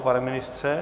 Pane ministře?